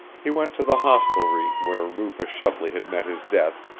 he went to the hostelry where rufus shepley had met his death,